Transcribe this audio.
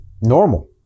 normal